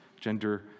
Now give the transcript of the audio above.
gender